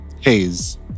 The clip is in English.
haze